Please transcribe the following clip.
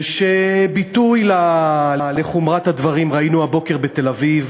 וביטוי לחומרת הדברים ראינו הבוקר בתל-אביב